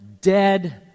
dead